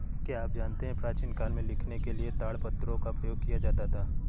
क्या आप जानते है प्राचीन काल में लिखने के लिए ताड़पत्रों का प्रयोग किया जाता था?